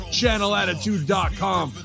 channelattitude.com